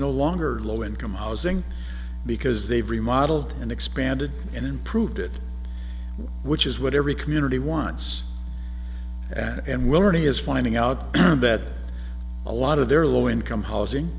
no longer low income housing because they've remodeled and expanded and improved it which is what every community wants and winning is finding out that a lot of their low income housing